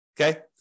okay